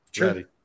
Ready